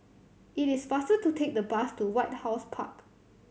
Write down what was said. it is faster to take the bus to White House Park